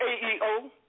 AEO